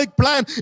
Plan